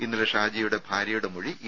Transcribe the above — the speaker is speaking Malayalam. ഇന്നലെ ഷാജിയുടെ ഭാര്യയുടെ മൊഴി ഇ